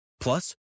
Plus